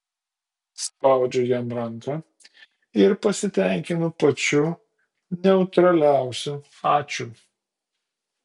spaudžiu jam ranką ir pasitenkinu pačiu neutraliausiu ačiū